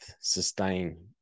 Sustain